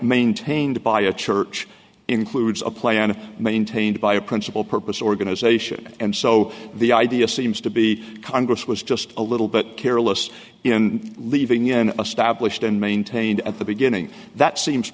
maintained by a church includes a plan maintained by a principle purpose organization and so the idea seems to be congress was just a little bit careless in leaving in a stablished unmaintained at the beginning that seems